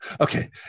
Okay